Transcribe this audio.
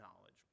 knowledge